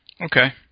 okay